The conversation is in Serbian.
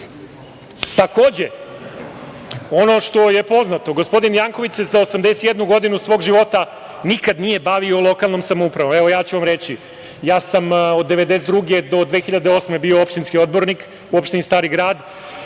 govori. Takođe, ono što je poznato, gospodin Janković se 81 godinu svog života nikada nije bavio lokalnom samoupravom. Evo, ja ću vam reći, ja sam od 1992. do 2008. godine bio opštinski odbornik u opštini Stari Grad,